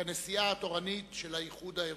כנשיאה התורנית של האיחוד האירופי.